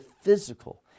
physical